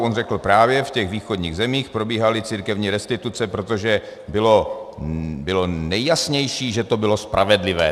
On řekl: Právě v těch východních zemích probíhaly církevní restituce, protože bylo nejjasnější, že to bylo spravedlivé.